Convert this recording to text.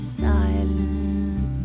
silent